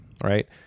right